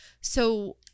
so-